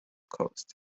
coast